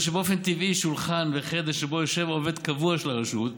באופן טבעי על שולחן ובחדר שבו יושב עובד קבוע של הרשות,